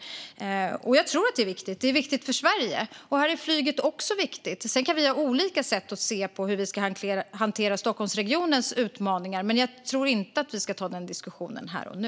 Jag tror att det är viktigt. Det är viktigt för Sverige, och där är flyget också viktigt. Sedan kan vi ha olika sätt att se på hur vi ska hantera Stockholmsregionens utmaningar, men jag tror inte att vi ska ta den diskussionen här och nu.